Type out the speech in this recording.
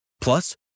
Plus